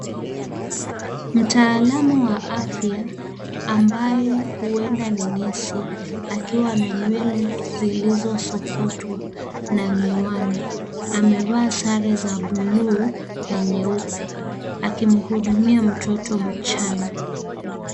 Mtaalamu wa afya, ambaye huenda ni nesi, akiwa na nywele zilizoaokotwa na miwani. Amevaa sare za buluu na nyeupe, akimhudumia mtoto mchanga.